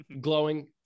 glowing